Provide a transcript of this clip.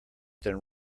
than